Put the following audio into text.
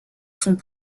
sont